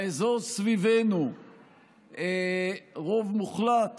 ושבאזור סביבנו רוב מוחלט